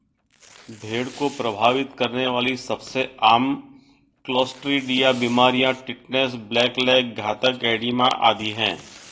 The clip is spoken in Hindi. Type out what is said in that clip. भेड़ को प्रभावित करने वाली सबसे आम क्लोस्ट्रीडिया बीमारियां टिटनेस, ब्लैक लेग, घातक एडिमा आदि है